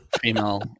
female